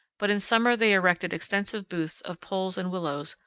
but in summer they erected extensive booths of poles and willows,